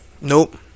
Nope